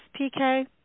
pk